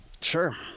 Sure